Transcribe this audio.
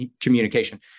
communication